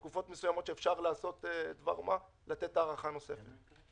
תקופות מסוימות שאפשר לתת הארכה נוספת.